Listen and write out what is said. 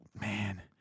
man